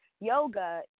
yoga